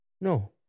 No